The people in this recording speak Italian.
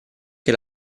che